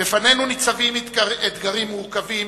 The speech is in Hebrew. לפנינו ניצבים אתגרים מורכבים,